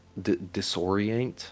Disorient